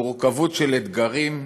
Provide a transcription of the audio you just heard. מורכבות של אתגרים,